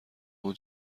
اون